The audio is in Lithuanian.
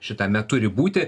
šitame turi būti